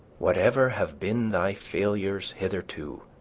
whatever have been thy failures hitherto,